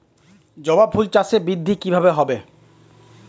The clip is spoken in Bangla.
জবা ফুল চাষে বৃদ্ধি কিভাবে হবে?